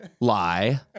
lie